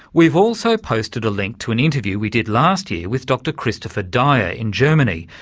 we've also posted a link to an interview we did last year with dr christopher dyer in germany,